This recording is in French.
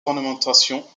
ornementation